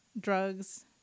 drugs